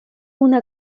una